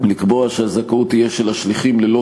ולקבוע שהזכאות של השליחים תהיה ללא